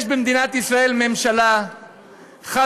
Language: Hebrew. יש במדינת ישראל ממשלה חזקה,